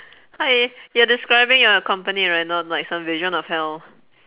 hi you're describing your company right not like some vision of hell